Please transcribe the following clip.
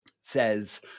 says